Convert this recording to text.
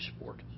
sport